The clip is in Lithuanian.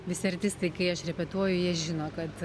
visi artistai kai aš repetuoju jie žino kad